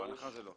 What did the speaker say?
הנחה זה לא.